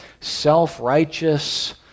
self-righteous